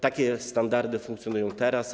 Takie standardy funkcjonują teraz.